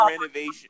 renovation